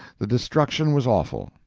the destruction was awful.